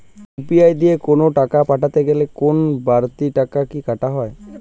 UPI দিয়ে কোন টাকা পাঠাতে গেলে কোন বারতি টাকা কি কাটা হয়?